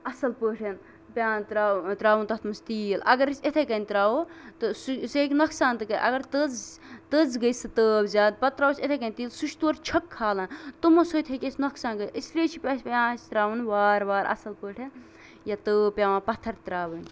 اَصٕل پٲٹھۍ پیوان تراوُن تراوُن تَتھ منٛز تیٖل اَگر أسۍ یِتھٕے کَنۍ تراوو سُہ سُہ ہیٚکہِ نۄقصان تہِ کٔرِتھ اَگر تٔژ تٔژ گژھِ سۄ تٲو زیادٕ پَتہٕ تراوو أسۍ یِتھٕے کَنۍ تیٖل سُہ چھُ تورٕ چھِکہٕ کھالان تِمَو سۭتۍ ہیٚکہِ اَسہِ نۄقصان گٔژِتھ اس لیے چھُ پیوان اَسہِ تراوُن وار وارٕ اَصٕل پٲٹھۍ یا تٲو پیوان پَتھر تراوٕنۍ